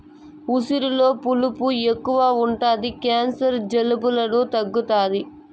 ఉసిరిలో పులుపు ఎక్కువ ఉంటది క్యాన్సర్, జలుబులను తగ్గుతాది